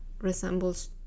resembles